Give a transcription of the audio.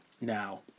Now